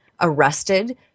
arrested